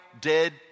dead